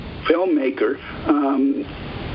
filmmaker